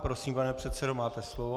Prosím, pane předsedo, máte slovo.